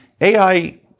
AI